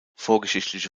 vorgeschichtliche